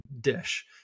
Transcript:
dish